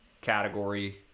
category